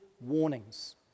warnings